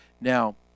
Now